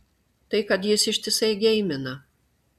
tai kad jis ištisai geimina